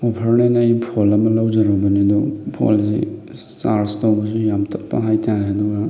ꯑꯣꯐꯔꯅꯦꯅ ꯑꯩ ꯐꯣꯜ ꯑꯃ ꯂꯧꯖꯔꯨꯕꯅꯤ ꯑꯗꯣ ꯐꯣꯜꯁꯤ ꯆꯥꯔꯖ ꯇꯧꯕꯁꯨ ꯌꯥꯝ ꯇꯞꯄ ꯍꯥꯏꯇꯥꯔꯦ ꯑꯗꯨꯒ